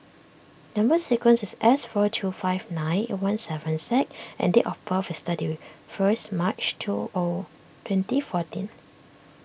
Number Sequence is S four two five nine eight one seven Z and date of birth is thirty first March two O twenty fourteen